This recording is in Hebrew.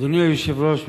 אדוני היושב-ראש,